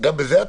זה לא